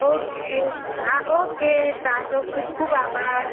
okay हा okay तव्हांजो ख़ूबु ख़ूबु आभार